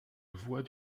voie